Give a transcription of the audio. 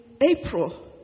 April